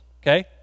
okay